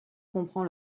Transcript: comprend